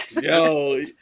yo